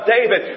David